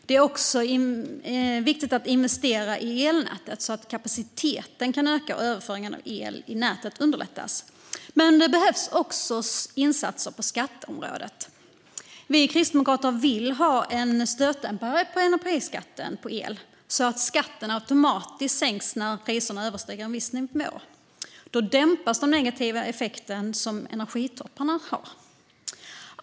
Det är också viktigt att investera i elnätet, så att kapaciteten kan öka och överföringen av el i näten underlättas. Men det behövs också insatser på skatteområdet. Vi kristdemokrater vill ha en stötdämpare på energiskatten på el, så att skatten automatiskt sänks när priserna överstiger en viss nivå. Då dämpas den negativa effekt som energipristopparna har.